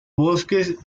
bosques